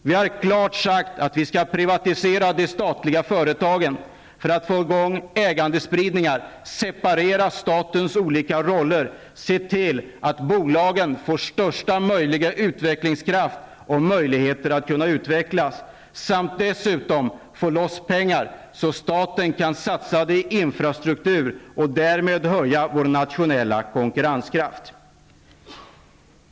Vi har klart sagt att vi skall privatisera de statliga företagen för att få till stånd ägandespridning och separera statens olika roller samt se till att bolagen får största möjliga utvecklingskraft och möjligheter att utvecklas. Dessutom skulle man få loss pengar som staten kan satsa i infrastruktur och därmed höja vår nationella konkurrenskraft.